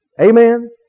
amen